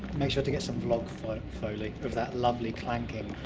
make sure to get some vlog foley of that lovely clanking.